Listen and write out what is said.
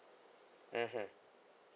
mmhmm